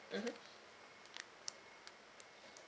mmhmm